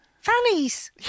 Fannies